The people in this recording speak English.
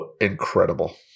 incredible